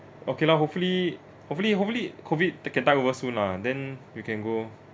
okay lah hopefully hopefully hopefully COVID they can tide over soon lah then we can go